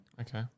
Okay